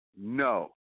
no